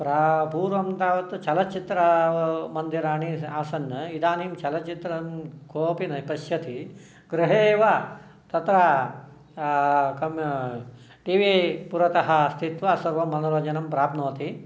पूर्वं तावत् चलचित्र मन्दिराणि आसन् इदानीं चलचित्रं कोपि न पश्यति गृहे एव तत्र कं टी वी पुरतः स्थित्वा सर्वं मनोरञ्जनं प्राप्नोति